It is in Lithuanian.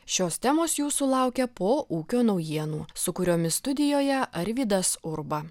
šios temos jūsų laukia po ūkio naujienų su kuriomis studijoje arvydas urba